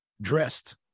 dressed